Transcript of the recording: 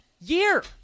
year